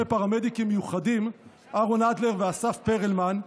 פרמדיקים מיוחדים: אהרון אדלר ואסף פרלמן,